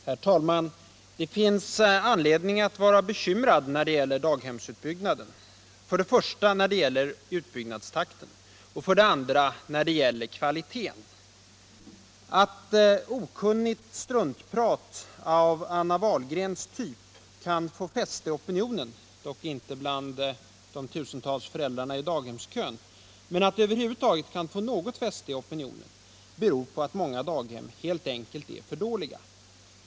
Herr talman! Det finns anledning att vara bekymrad när det gäller daghemsutbyggnaden, för det första över utbyggnadstakten och för det andra över kvaliteten. Att okunnigt struntprat av Anna Wahlgrens typ kan få fäste i opinionen — inte bland de tusentals föräldrarna i daghemskön men i opinionen över huvud taget — beror på att många daghem helt enkelt är för dåliga.